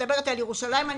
ירושלים חיפה,